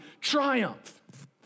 triumph